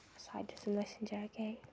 ꯁ꯭ꯋꯥꯏꯗꯁꯨꯝ ꯂꯣꯏꯁꯤꯟꯖꯔꯒꯦ